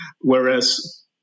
whereas